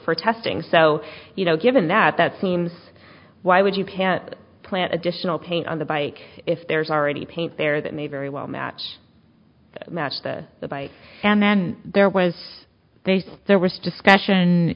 for testing so you know given that that seems why would you can plant additional paint on the bike if there's already paint there that may very well match the match to the bike and then there was there was discussion